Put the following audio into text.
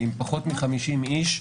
עם פחות מ-50 איש,